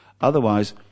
Otherwise